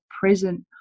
present